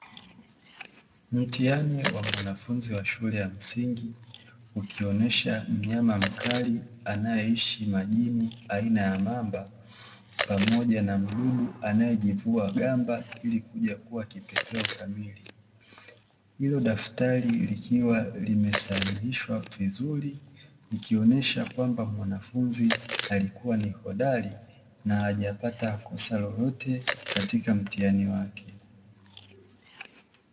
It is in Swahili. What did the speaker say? Mtihani wa mwanafunzi wa shule ya msingi, ukionyesha mnyama mkali anayeishi majini aina ya mamba pamoja na mdudu anayejivua gamba ili kuja kuwa kipepeo kamili. Hilo daftari likiwa limesahihishwa vizuri, likionyesha kwamba mwanafunzi alikuwa ni hodari na hajapata kosa lolote katika mtihani wake.